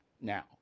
now